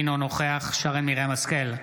אינו נוכח שרן מרים השכל,